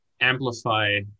amplify